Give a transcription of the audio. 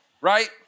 right